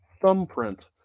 thumbprint